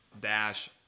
dash